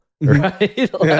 right